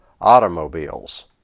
automobiles